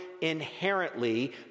inherently